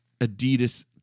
adidas